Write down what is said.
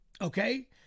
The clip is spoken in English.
Okay